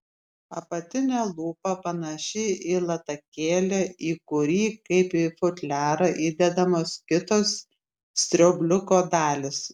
apatinė lūpa panaši į latakėlį į kurį kaip į futliarą įdedamos kitos straubliuko dalys